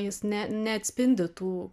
jis ne neatspindi tų